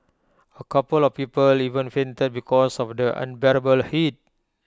A couple of people even fainted because of the unbearable heat